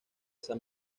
esa